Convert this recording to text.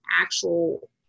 actual